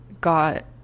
got